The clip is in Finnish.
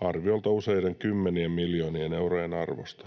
arviolta useiden kymmenien miljoonien eurojen arvosta.